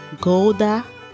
Golda